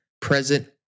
present